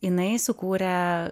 jinai sukūrė